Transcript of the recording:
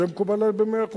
זה מקובל עלי במאה אחוז.